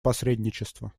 посредничества